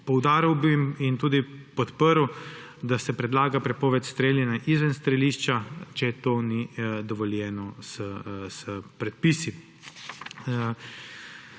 Poudaril bi in tudi podprl, da se predlaga prepoved streljanja izven strelišča, če to ni dovoljeno s predpisi.